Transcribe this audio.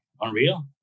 unreal